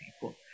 people